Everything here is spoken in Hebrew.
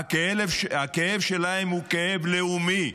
הכאב שלהם הוא כאב לאומי.